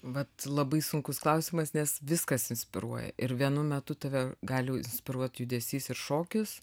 vat labai sunkus klausimas nes viskas inspiruoja ir vienu metu tave gali inspiruot judesys ir šokis